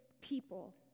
people